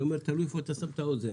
אני אומר: "תלוי איפה אתה שם את האוזן".